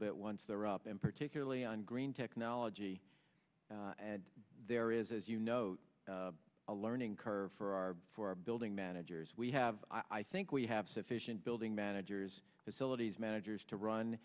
bit once they're up and particularly on green technology and there is as you note a learning curve for our for our building managers we have i think we have sufficient building managers facilities managers to run